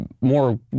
more